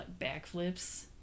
backflips